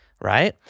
right